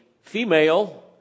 female